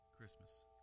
Christmas